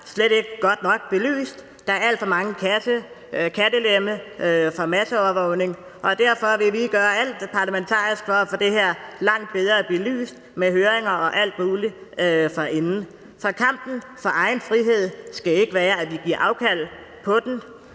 slet ikke godt nok belyst. Der er alt for mange kattelemme for masseovervågning, og derfor vil vi gøre alt, hvad vi kan, rent parlamentarisk, for at få det her langt bedre belyst, med høringer og alt muligt forinden. Så kampen for egen frihed skal ikke indebære, at vi giver afkald på den.